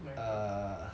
哪一个